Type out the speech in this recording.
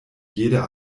jede